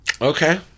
Okay